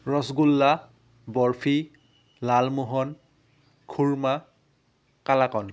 rasgulla barfi lalmohan khurma kalakand